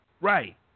Right